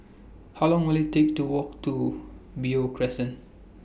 How Long Will IT Take to Walk to Beo Crescent